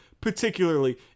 particularly